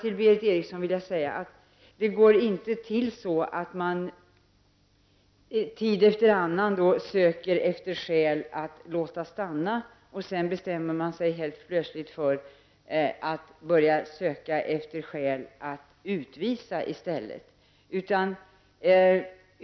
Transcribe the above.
Till Berith Eriksson vill jag säga att man inte tid efter annan söker skäl att låta någon stanna, varefter man helt plötsligt bestämmer sig för att börja söka efter skäl att i stället utvisa.